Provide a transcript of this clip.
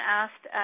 asked